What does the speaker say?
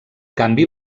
canvi